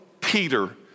Peter